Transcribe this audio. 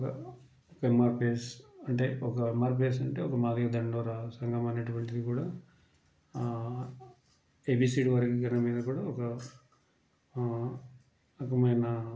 ఒక ఎంఆర్పీఎస్ అంటే ఒక ఎంఆర్పీఎస్ అంటే ఒక మాదిగ దండోరా సంఘం అనేటువంటిది కూడా ఏబీసీడీ వర్గాల మీద కూడా ఒక ఒక రకమయిన